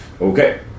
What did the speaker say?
Okay